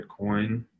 Bitcoin